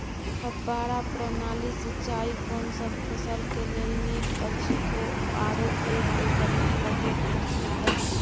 फब्बारा प्रणाली सिंचाई कोनसब फसल के लेल नीक अछि आरो एक एकर मे कतेक खर्च लागत?